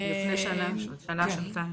לפני שנה-שנתיים.